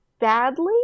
badly